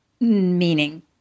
Meaning